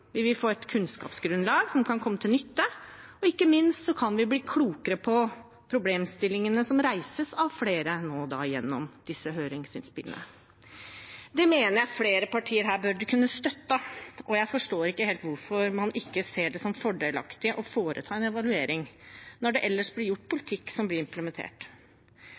vi vil få et kunnskapsgrunnlag som kan komme til nytte, og ikke minst kan vi bli klokere på problemstillingene som reises av flere nå gjennom disse høringsinnspillene. Det mener jeg flere partier her burde kunne støttet, og jeg forstår ikke helt hvorfor man ikke ser det som fordelaktig å foreta en evaluering, når det ellers blir gjort politikk som blir implementert.